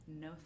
No